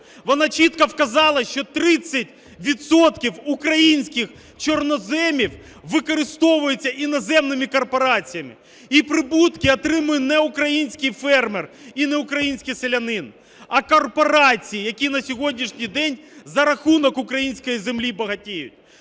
вона чітко вказала, що 30 відсотків українських чорноземів використовуються іноземними корпораціями і прибутки отримує не український фермер і не український селян, а корпорації, які на сьогоднішній день за рахунок української землі багатіють.